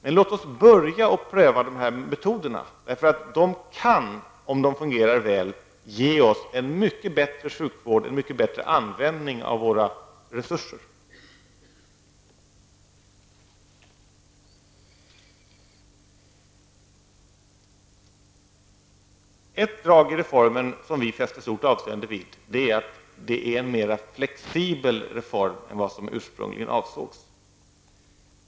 Men låt oss börja med att pröva dessa metoder. De kan om de fungerar väl ge oss en mycket bättre sjukvård och en mycket bättre användning av våra resurser. Ett drag i reformen som vi fäster stort avseende vid är att det är en mer flexibel reform än vad som ursprungligen avsågs.